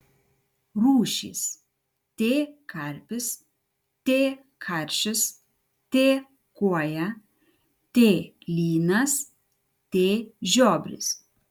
rūšys t karpis t karšis t kuoja t lynas t žiobris